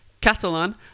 Catalan